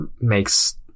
makes